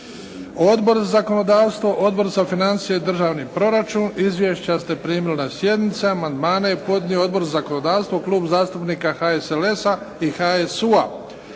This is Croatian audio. Odbor za zakonodavstvo, Odbor za financije i državni proračun. Izvješća ste primili na sjdnicama. Amandmane je podnio Odbor za zakonodavstvo, Klub zastupnika HSLS i HSU-a.